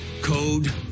code